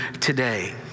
today